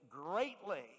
greatly